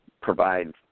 provide